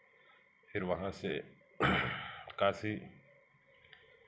फिर वहाँ से काशी